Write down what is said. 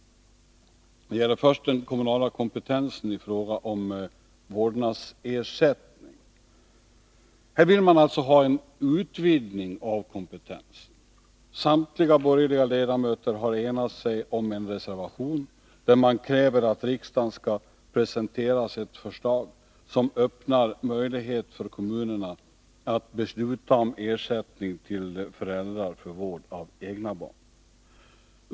Det gäller först den kommunala kompetensen i fråga om vårdnadsersättning. Här vill man alltså ha en utvidgning av kompetensen. Samtliga borgerliga ledamöter har enat sig om en reservation där man kräver att riksdagen skall presenteras ett förslag som öppnar möjlighet för kommunerna att besluta om ersättning till föräldrar för vård av egna barn.